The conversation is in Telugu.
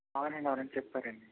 అవునండి అవునండి చెప్పారండి